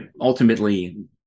ultimately